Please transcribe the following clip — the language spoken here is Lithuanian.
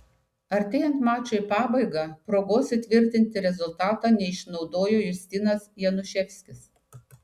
artėjant mačui į pabaigą progos įtvirtinti rezultatą neišnaudojo justinas januševskis